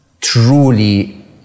truly